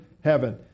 heaven